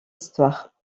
histoire